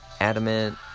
adamant